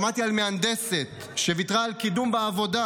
שמעתי על מהנדסת שוויתרה על קידום בעבודה,